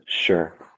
Sure